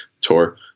tour